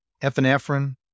epinephrine